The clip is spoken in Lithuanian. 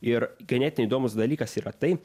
ir ganėtinai įdomus dalykas yra tai